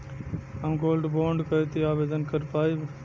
हम गोल्ड बोड करती आवेदन कर पाईब?